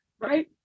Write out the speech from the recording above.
right